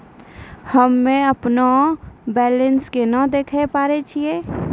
हम्मे अपनो बैलेंस केना देखे पारे छियै?